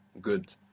Good